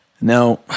Now